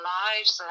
lives